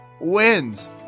wins